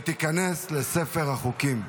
ותיכנס לספר החוקים.